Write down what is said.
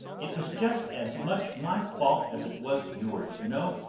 it was just as much my fault as it was yours, you know,